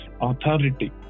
authority